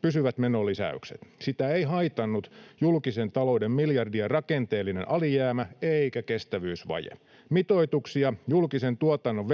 pysyvät menonlisäykset. Sitä ei haitannut julkisen talouden miljardien rakenteellinen alijäämä eikä kestävyysvaje. Mitoituksia, julkisen tuotannon velvoitteita